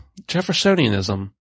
Jeffersonianism